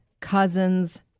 cousin's